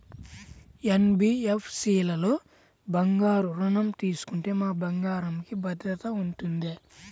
NBFC లలో బంగారు ఋణం తీసుకుంటే మా బంగారంకి భద్రత ఉంటుందా?